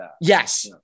Yes